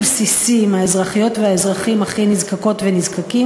אבל בסופו של דבר אישרו את החוק.